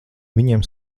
viņiem